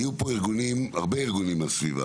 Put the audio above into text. היו פה ארגונים הרבה ארגונים לסביבה,